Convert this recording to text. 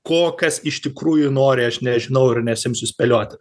ko kas iš tikrųjų nori aš nežinau ir nesiimsiu spėlioti